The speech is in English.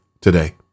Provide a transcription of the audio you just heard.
today